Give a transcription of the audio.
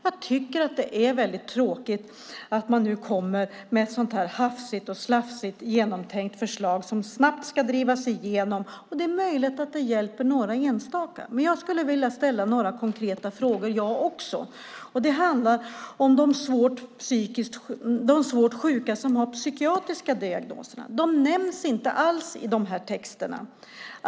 Jag tycker att det är väldigt tråkigt att man nu kommer med ett sådant här hafsigt och slafsigt genomtänkt förslag som snabbt ska drivas igenom. Det är möjligt att det hjälper några enstaka. Jag skulle också vilja ställa några konkreta frågor. Det handlar om de svårt sjuka som har psykiatriska diagnoser. De nämns inte alls i de här texterna.